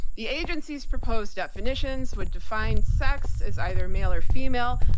the agency's proposed definitions would define sex as either male or female,